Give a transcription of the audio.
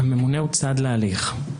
הממונה הוא צד להליך.